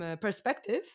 perspective